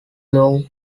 law